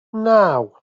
naw